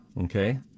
Okay